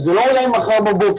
וזה לא יהיה ממחר בבוקר,